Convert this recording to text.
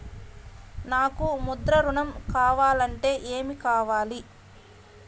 నాకు ముద్ర ఋణం కావాలంటే ఏమి కావాలి?